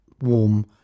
Warm